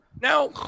Now